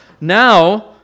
Now